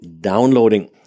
downloading